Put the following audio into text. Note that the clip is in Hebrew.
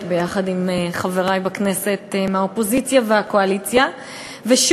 כבר אנחנו מתקנים שוב חוק-יסוד ושוב